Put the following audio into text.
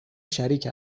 شریک